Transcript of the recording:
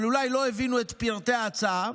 אבל אולי לא הבינו את פרטי ההצעה.